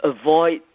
avoid